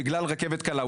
בגלל רכבת קלה.